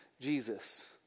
Jesus